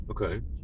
okay